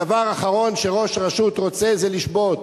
דבר אחרון שראש רשות רוצה זה לשבות.